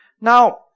Now